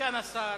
סגן השר